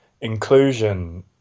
inclusion